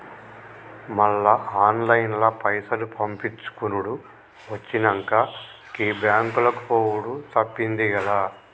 మళ్ల ఆన్లైన్ల పైసలు పంపిచ్చుకునుడు వచ్చినంక, గీ బాంకులకు పోవుడు తప్పిందిగదా